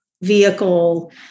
vehicle